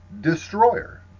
Destroyer